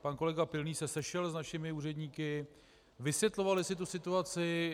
Pan kolega Pilný se sešel s našimi úředníky, vysvětlovali si tu situaci.